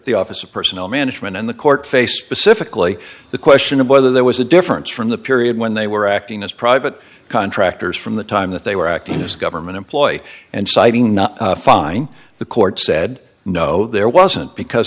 the office of personnel management and the court faced specifically the question of whether there was a difference from the period when they were acting as private contractors from the time that they were acting as a government employee and citing fine the court said no there wasn't because